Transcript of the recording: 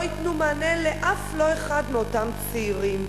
ייתנו מענה אף לא לאחד מאותם צעירים.